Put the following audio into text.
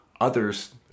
others